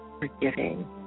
forgiving